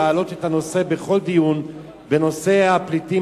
להעלות את הנושא בכל דיון בנושא הפליטים